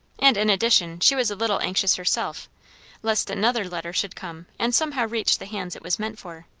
and in addition, she was a little anxious herself lest another letter should come and somehow reach the hands it was meant for.